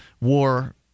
war